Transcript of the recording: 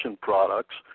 products